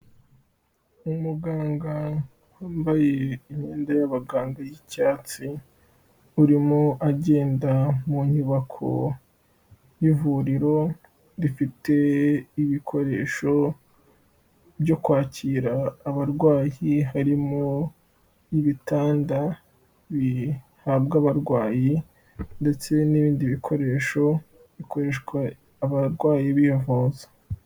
Umuganga wambaye imyenda y'abaganga y'icyatsi urimo agenda mu nyubako y'ivuriro rifite ibikoresho byo kwakira abarwayi harimo ibitanda bihabwa abarwayi ndetse n'ibindi bikoresho bikoreshwa abarwayi bivuza.